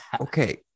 Okay